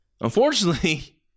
Unfortunately